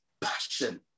passion